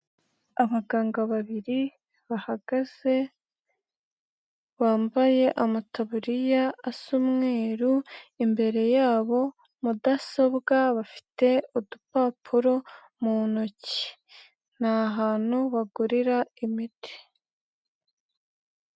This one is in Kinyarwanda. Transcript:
Abaganga babiri bahagaze, bambaye amataburiya asa umweru, imbere yabo mudasobwa, bafite udupapuro mu ntoki, ni ahantu bagurira imiti.